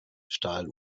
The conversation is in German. stahl